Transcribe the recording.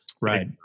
Right